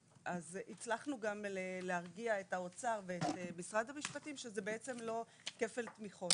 הצלחנו גם להרגיע את האוצר ואת משרד המשפטים שזה בעצם לא כפל תמיכות.